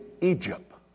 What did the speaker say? egypt